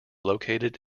located